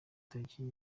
tariki